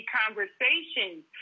conversations